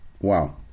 Wow